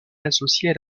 associées